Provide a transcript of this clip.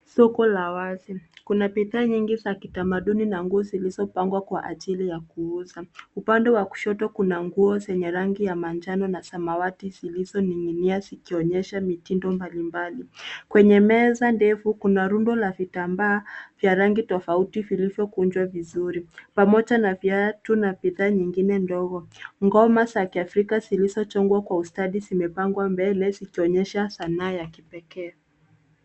Soko la wazi. Kuna bidhaa nyingi za kitamaduni na nguo zilizopangwa kwa ajili ya kuuza. Upande wa kushoto kuna nguo zenye rangi ya manjano na samawati zilizoning'inia zikionyesha mitindo mbalimbali. Kwenye meza ndefu kuna rundo la vitambaa vya rangi tofauti vilivyokunjwa vizuri pamoja na viatu na bidhaa nyingine ndogo. Ngoma za kiafrika zilizochongwa kwa ustadi zimepangwa mbele zikionyesha sanaa ya kipekee.